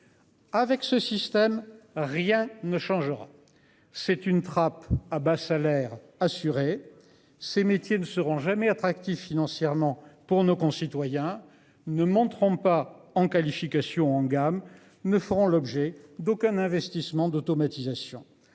Avec ce système. Rien ne changera. C'est une trappe à bas salaire assuré ces métiers ne seront jamais attractif financièrement pour nos concitoyens ne monteront pas en qualifications en gamme ne feront l'objet d'aucun investissement d'automatisation.